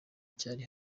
cyari